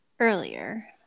earlier